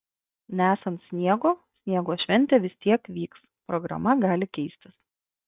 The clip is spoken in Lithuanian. nesant sniego sniego šventė vis tiek vyks programa gali keistis